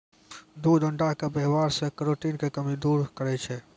दूध अण्डा के वेवहार से केरोटिन के कमी दूर करै छै